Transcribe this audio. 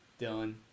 Dylan